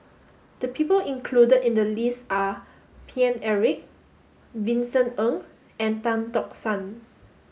the people included in the list are Paine Eric Vincent Ng and Tan Tock San